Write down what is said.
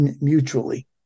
mutually